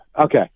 Okay